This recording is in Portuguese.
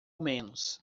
menos